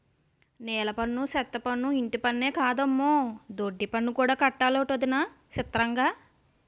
నీలపన్ను, సెత్తపన్ను, ఇంటిపన్నే కాదమ్మో దొడ్డిపన్ను కూడా కట్టాలటొదినా సిత్రంగా